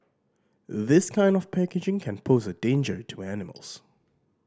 this kind of packaging can pose a danger to animals